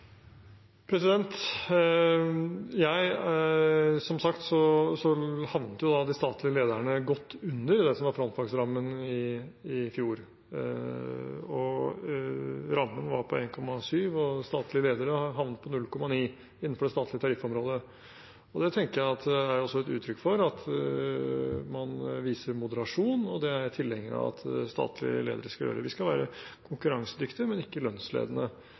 Som sagt havnet de statlige lederne godt under det som var frontfagsrammen i fjor. Rammen var på 1,7, og statlige ledere havnet på 0,9 innenfor det statlige tariffområdet. Det tenker jeg er et uttrykk for at man viser moderasjon, og det er jeg tilhenger av at statlige ledere skal gjøre. Vi skal være konkurransedyktige, men ikke lønnsledende